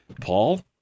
Paul